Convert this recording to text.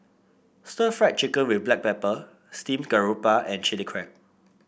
Stir Fried Chicken with Black Pepper Steamed Garoupa and Chilli Crab